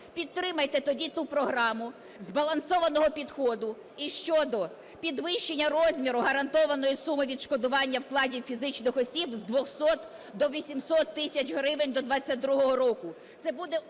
підтримайте тоді ту програму збалансованого підходу і щодо підвищення розміру гарантованої суми відшкодування вкладів фізичних осіб з 200 до 800 тисяч гривень до 22-го року.